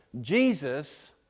Jesus